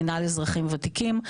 מינהל אזרחים וותיקים.